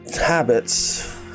habits